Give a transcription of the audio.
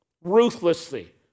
ruthlessly